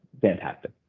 fantastic